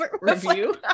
review